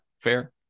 fair